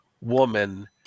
woman